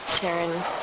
Sharon